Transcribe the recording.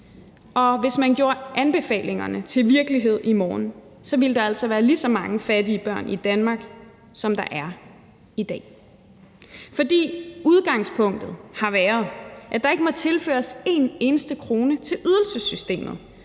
og hvis man gør anbefalingerne til virkelighed i morgen, vil der altså være lige så mange fattige børn i Danmark, som der er i dag, fordi udgangspunktet har været, at der ikke må tilføres én eneste krone til ydelsessystemet,